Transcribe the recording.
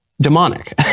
demonic